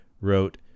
wrote